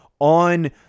on